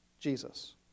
Jesus